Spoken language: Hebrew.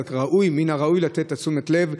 מן הראוי לתת את תשומת הלב,